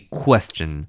question